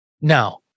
Now